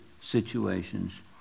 situations